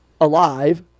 alive